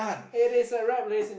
it is a wrap list